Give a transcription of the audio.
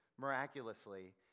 miraculously